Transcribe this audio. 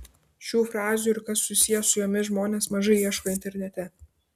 šių frazių ir kas susiję su jomis žmonės mažai ieško internete